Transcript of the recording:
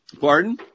Pardon